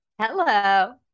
Hello